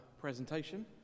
presentation